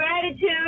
Gratitude